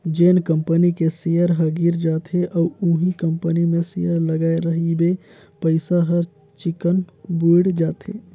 जेन कंपनी के सेयर ह गिर जाथे अउ उहीं कंपनी मे सेयर लगाय रहिबे पइसा हर चिक्कन बुइड़ जाथे